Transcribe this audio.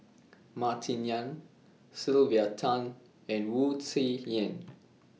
Martin Yan Sylvia Tan and Wu Tsai Yen